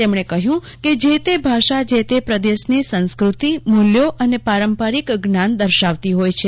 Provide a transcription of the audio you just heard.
તેમણે કહ્યું કે જે તે ભાષા જે તે પ્રદેશની સંસ્કૃતિ મલ્યો અને પારંપારિક જ્ઞાન દર્શાવતી હોય છે